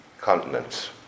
continents